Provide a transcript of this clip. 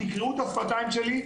תקראו את השפתיים שלי.